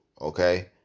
Okay